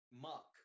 muck